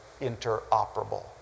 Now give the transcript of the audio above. interoperable